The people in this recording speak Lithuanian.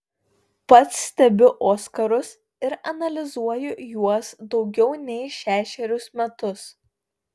pats stebiu oskarus ir analizuoju juos daugiau nei šešerius metus